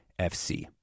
FC